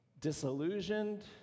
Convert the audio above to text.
disillusioned